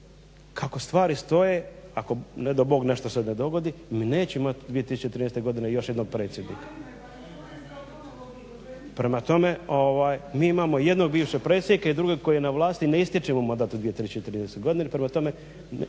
kako stvari stoje ne dao Bog nešto se ne dogodi mi ćemo imati u 2013.godini još jednog predsjednika. Prema tome mi imamo jednog bivšeg predsjednika i drugog koji je na vlasti i ne ističe mu mandat u 2013.godini